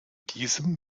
diesem